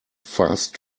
fast